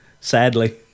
sadly